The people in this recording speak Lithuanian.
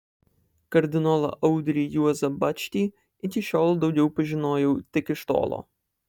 kardinolą audrį juozą bačkį iki šiol daugiau pažinojau tik iš tolo